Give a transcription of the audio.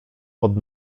pod